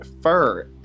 fur